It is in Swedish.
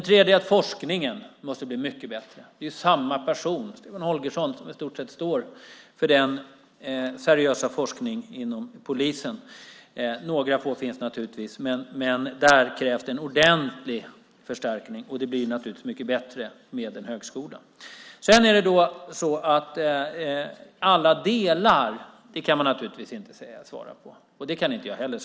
Vidare måste forskningen bli mycket bättre. Det är samma person, Stefan Holgersson, som i stort sett står för den seriösa forskningen inom polisen. Det finns naturligtvis några få till, men det krävs en ordentlig förstärkning, och det blir givetvis mycket bättre med en högskola. Man kan inte svara på alla delar. Det kan inte jag heller.